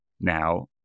now